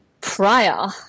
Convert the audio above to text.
prior